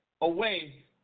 Away